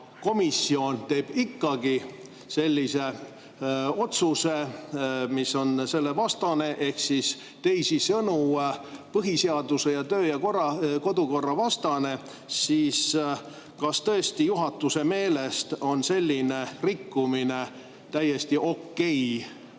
komisjon teeb ikkagi sellise otsuse, mis on selle vastane ehk teisisõnu, põhiseaduse ja töö- ja kodukorra vastane, siis kas tõesti juhatuse meelest on selline rikkumine täiesti okei